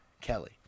Kelly